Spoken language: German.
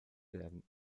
werden